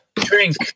Drink